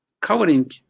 covering